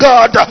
God